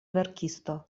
verkisto